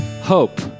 hope